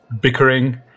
bickering